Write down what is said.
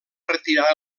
retirar